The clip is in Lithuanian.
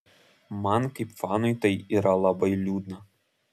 man kaip fanui tai yra labai liūdna